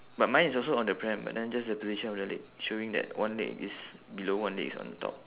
but mine is also on the pram but then just the position of the leg showing that one leg is below one leg is on top